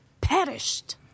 perished